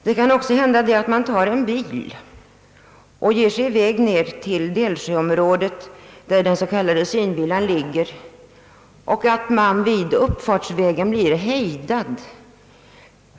Det kan också hända det att man tar en bil och ger sig 1 väg ned till Delsjöområdet, där den s.k. »Synvillan» ligger, och att man vid uppfartsvägen blir hejdad.